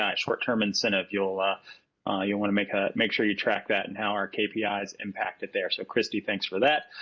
short-term incentive you'll ah you'll want to make ah make sure you track that and how our kpi ah is impacted there, so christy, thanks for that.